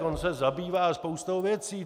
On se zabývá spoustou věcí.